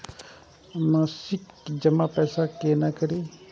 मासिक जमा पैसा केना करी?